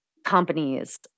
companies